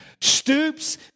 stoops